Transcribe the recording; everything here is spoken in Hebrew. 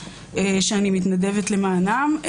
שאני מתנדבת למענם.